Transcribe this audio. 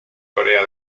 corea